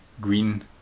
green